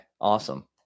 awesome